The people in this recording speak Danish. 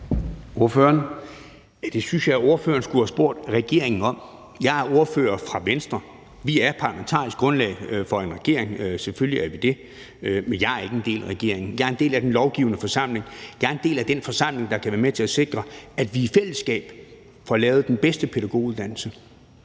Det synes jeg ordføreren skulle have spurgt regeringen om. Jeg er ordfører for Venstre. Vi er parlamentarisk grundlag for en regering, selvfølgelig er vi det, men jeg er ikke en del af regeringen. Jeg er en del af den lovgivende forsamling, der kan være med til at sikre, at vi i fællesskab får lavet den bedste pædagoguddannelse.